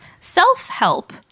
Self-help